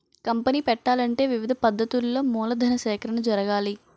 company పెట్టాలంటే వివిధ పద్ధతులలో మూలధన సేకరణ జరగాలి